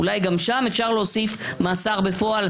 אולי גם שם אפשר להוסיף מאסר בפועל,